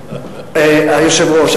היושב-ראש.